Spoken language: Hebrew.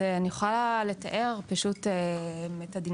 אני יכולה לתאר את הדינמיקה.